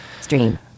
Stream